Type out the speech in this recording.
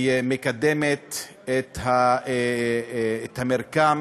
שמקדמת את המרקם